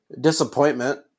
disappointment